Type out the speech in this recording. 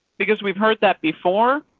because we've heard that before,